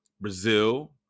Brazil